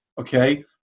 okay